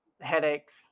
headaches